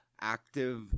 active